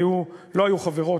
לא היו חברות,